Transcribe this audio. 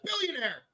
billionaire